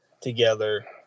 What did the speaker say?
together